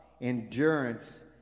endurance